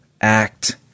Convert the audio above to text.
act